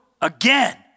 again